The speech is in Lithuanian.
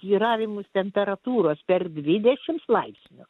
svyravimus temperatūros per dvidešimt laipsnių